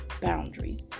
boundaries